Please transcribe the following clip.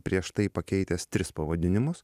prieš tai pakeitęs tris pavadinimus